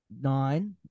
Nine